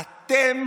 אתם